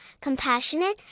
compassionate